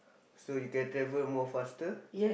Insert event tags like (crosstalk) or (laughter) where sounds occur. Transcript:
so you can travel more faster (noise)